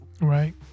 right